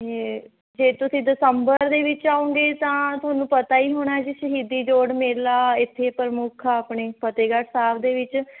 ਜੇ ਤੁਸੀਂ ਦਸੰਬਰ ਦੇ ਵਿੱਚ ਆਉਗੇ ਤਾਂ ਤੁਹਾਨੂੰ ਪਤਾ ਹੀ ਹੋਣਾ ਜੀ ਸ਼ਹੀਦੀ ਜੋੜ ਮੇਲਾ ਇੱਥੇ ਪ੍ਰਮੁੱਖ ਆਪਣੇ ਫਤਿਹਗੜ੍ਹ ਸਾਹਿਬ ਦੇ ਵਿੱਚ